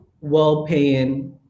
well-paying